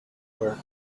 were